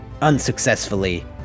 unsuccessfully